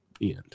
end